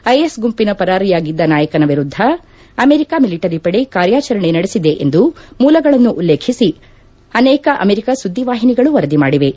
IS ಗುಂಪಿನ ಪರಾರಿಯಾಗಿದ್ದ ನಾಯಕನ ವಿರುದ್ದ ಅಮೆರಿಕ ಮಿಲಿಟರಿ ಪದೆ ಕಾರ್ಯಾಚರಣೆ ನದೆಸಿದೆ ಎಂದು ಮೂಲಗಳನ್ನು ಉಲ್ಲೇಖಿಸಿ ಅನೇಕ ಅಮೆರಿಕ ಸುದ್ದಿ ವಾಹಿನಿಗಳು ವರದಿ ಮಾಡಿವೆ